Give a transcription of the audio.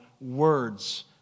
words